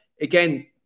again